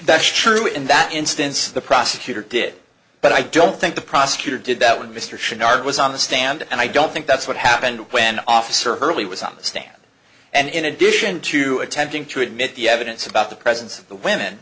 that's true in that instance the prosecutor did but i don't think the prosecutor did that when mr shaw nard was on the stand and i don't think that's what happened when officer hurley was on the stand and in addition to attempting to admit the evidence about the presence of the women